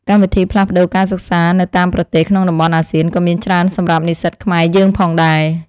កម្មវិធីផ្លាស់ប្តូរការសិក្សានៅតាមប្រទេសក្នុងតំបន់អាស៊ានក៏មានច្រើនសម្រាប់និស្សិតខ្មែរយើងផងដែរ។